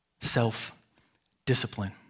self-discipline